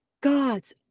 God's